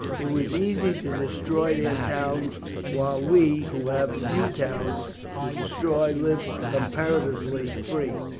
it was easy to destroy their towns while we, who have few towns to destroy, live comparatively free.